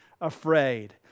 afraid